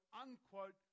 unquote